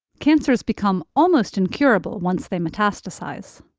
cancers become almost incurable once they metastasize.